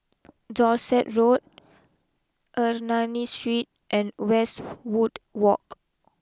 Dorset Road Ernani Street and Westwood walk